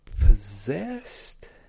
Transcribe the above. Possessed